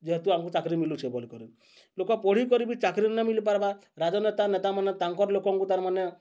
ଯେହେତୁ ଆମ୍କୁ ଚାକିରି ମିଲୁଛି ବଲିକରି ଲୋକ୍ ପଢ଼ିକରି ବି ଚାକିରି ନାଇଁ ମିଲିପାର୍ବା ରାଜନେତା ନେତାମାନେ ତାଙ୍କର୍ ଲୋକଙ୍କୁ ତାର୍ମାନେ